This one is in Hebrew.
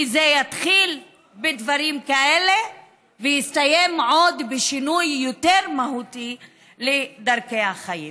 כי זה יתחיל בדברים כאלה ויסתיים בשינוי עוד יותר מהותי בדרכי החיים.